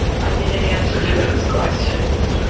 i need an answer to those questions.